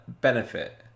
benefit